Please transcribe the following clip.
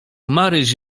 maryś